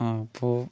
ആ അപ്പോൾ